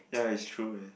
ya it's true eh